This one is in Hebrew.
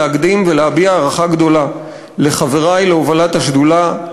להקדים ולהביע הערכה גדולה לחברי להובלת השדולה,